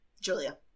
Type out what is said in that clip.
Julia